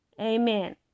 Amen